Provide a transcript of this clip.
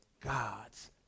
God's